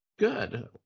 Good